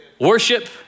Worship